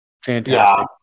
Fantastic